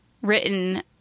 written